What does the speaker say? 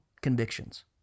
convictions